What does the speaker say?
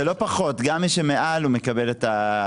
זה לא פחות; גם מי שמעל מקבל את ההטבה.